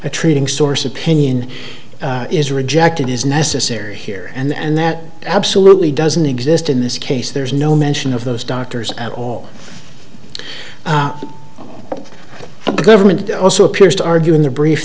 a treating source opinion is rejected is necessary here and that absolutely doesn't exist in this case there's no mention of those doctors at all but the government also appears to argue in their brief